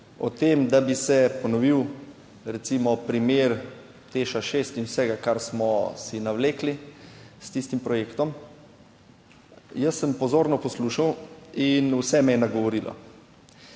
o tem, da bi se ponovil, recimo, primer Teš 6 in vsega, kar smo si navlekli, s tistim projektom. Jaz sem pozorno poslušal in vse me je nagovorilo,